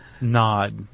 nod